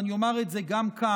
ואני אומר את זה כאן,